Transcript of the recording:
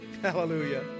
Hallelujah